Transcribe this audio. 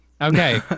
okay